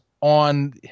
on